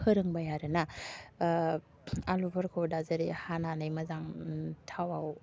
फोरोंबाय आरोना आलुफोरखौ दा जेरै हानानै मोजां थावाव